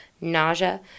nausea